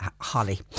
Holly